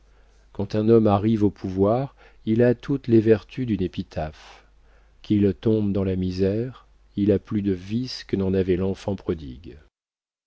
quand un homme arrive au pouvoir il a toutes les vertus d'une épitaphe qu'il tombe dans la misère il a plus de vices que n'en avait l'enfant prodigue